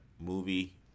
movie